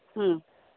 ᱦᱮᱸ